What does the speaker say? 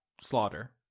slaughter